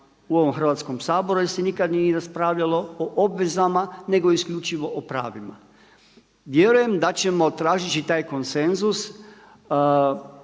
u ovom Hrvatskom saboru jer se nikada nije raspravljalo o obvezama nego isključivo o pravima. Vjerujem da ćemo tražeći taj konsenzus